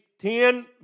ten